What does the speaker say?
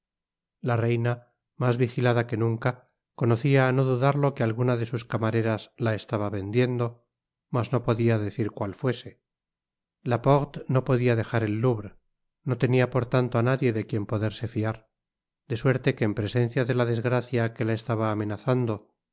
la reina mas vigilada que nunca conocia á no dudarlo que alguna de sus camareras la estaba vendiendo mas no podia decir cual fuese laporte no podia dejar el louvre no tenia por tanto á nadie de quien poderse fiar de suerte que en presencia de la desgracia que la estaba amenazando